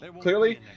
clearly